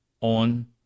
on